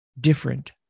different